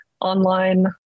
online